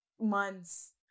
months